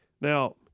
Now